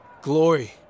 Glory